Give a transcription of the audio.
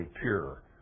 pure